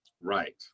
right